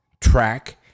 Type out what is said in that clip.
track